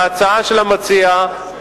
ההצעה של המציע,